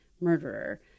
murderer